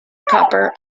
proper